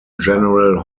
general